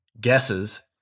guesses